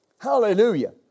Hallelujah